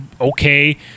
okay